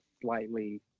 slightly